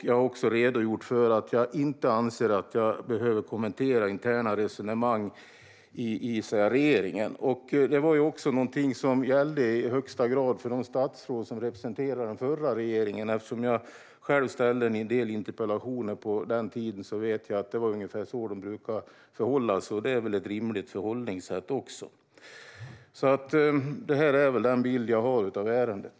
Jag har också redogjort för att jag inte anser att jag behöver kommentera interna resonemang i regeringen. Detta var någonting som i högsta grad gällde för de statsråd som representerade den förra regeringen. Eftersom jag själv ställde en del interpellationer på den tiden vet jag att det var ungefär så de brukade förhålla sig, och det är väl också ett rimligt förhållningssätt. Det här är den bild jag har av ärendet.